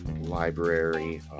library